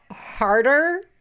harder